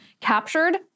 captured